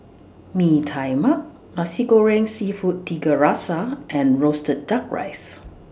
Mee Tai Mak Nasi Goreng Seafood Tiga Rasa and Roasted Duck Rice